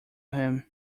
him